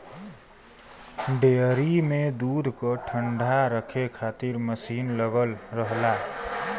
dairy में दूध क ठण्डा रखे खातिर मसीन लगल रहला